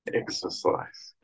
exercise